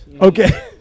Okay